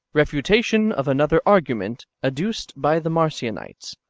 refutation of another argument adduced by the marcionites,